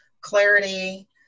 clarity